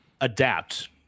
adapt